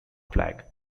flag